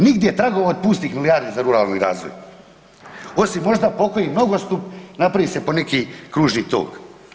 Nigdje tragova od pustih milijardi za ruralni razvoj osim možda pokoji nogostup napravi se po neki kružni tok.